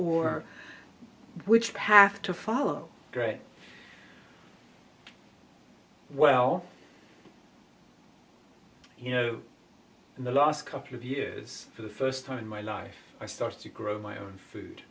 or which path to follow greg well you know in the last couple of years for the first time in my life i started to grow my own food